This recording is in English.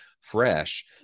fresh